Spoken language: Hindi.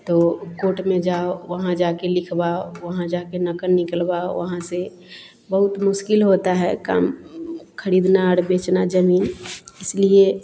तो कोट में जाओ वहाँ जाकर लिखवाओ वहाँ जाकर नक़ल निकलवाओ वहाँ से बहुत मुश्किल होती है काम ख़रीदना और बेचना ज़मीन इसलिए